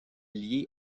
liés